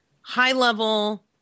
high-level